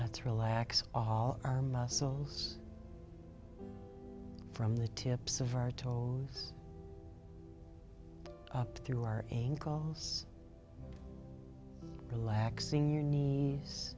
let's relax all our muscles from the tips of our toes up through our ingalls relaxing your nee